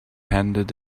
handed